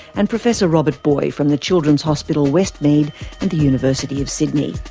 and professor robert booy from the children's hospital westmead and the university of sydney.